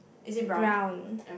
brown